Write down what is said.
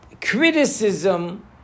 Criticism